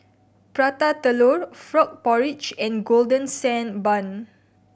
Prata Telur frog porridge and Golden Sand Bun